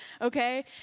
okay